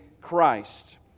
Christ